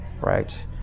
right